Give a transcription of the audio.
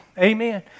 Amen